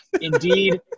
indeed